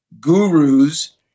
gurus